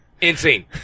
Insane